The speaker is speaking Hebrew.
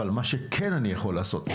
אבל מה שכן אני יכול לעשות,